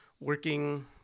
working